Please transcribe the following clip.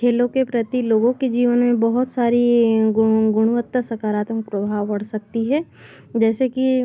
खेलों के प्रति लोगों के जीवन में बहुत सारी गुणवत्ता सकारात्मक प्रभाव बढ़ सकती है जैसे कि